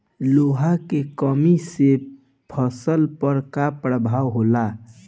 लोहा के कमी से फसल पर का प्रभाव होला?